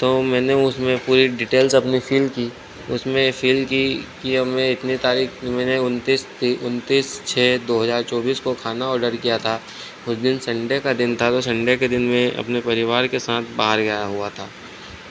तो मैंने उसमें पूरी डिटेल्स अपनी फ़िल की उसमें फ़िल की कि यह मैं इतनी तारीख फ़िर मैंने उनतीस थी उनतीस छः दो हज़ार चौबीस को खाना ऑडर किया था उस दिन संडे का दिन था तो संडे के दिन मे अपने परिवार के साथ बाहर गया हुआ था